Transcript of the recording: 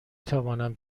توانم